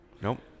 Nope